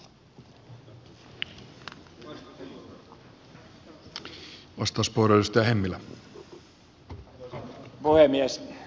arvoisa puhemies